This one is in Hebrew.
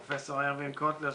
פרופ' ארווין קוטלר,